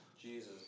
Jesus